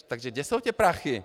Takže kde jsou ty prachy?